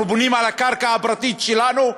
אנחנו בונים על הקרקע הפרטית שלנו,